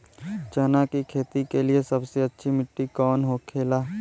चना की खेती के लिए सबसे अच्छी मिट्टी कौन होखे ला?